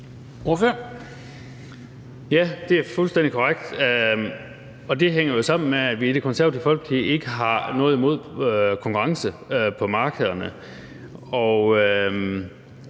Ja, det er fuldstændig korrekt, og det hænger jo sammen med, at vi i Det Konservative Folkeparti ikke har noget imod konkurrence på markederne, og